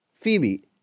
Phoebe